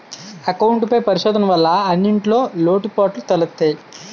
account పై పరిశోధన వల్ల అన్నింటిన్లో లోటుపాటులు తెలుత్తయి